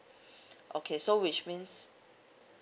okay so which means